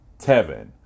Tevin